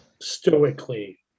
stoically